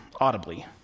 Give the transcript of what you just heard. audibly